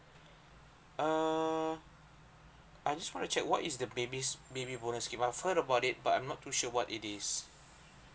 uh I just want to check what is the baby's baby bonus if I've heard about it but I'm not too sure what it is